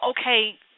okay